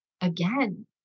again